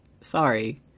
Sorry